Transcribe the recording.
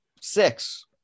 Six